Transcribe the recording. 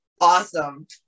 awesome